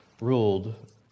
ruled